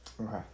Okay